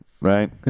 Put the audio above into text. right